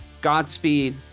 Godspeed